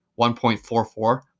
1.44